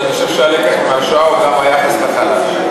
ואני חושב שהלקח מהשואה הוא גם היחס לחלש.